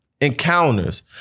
encounters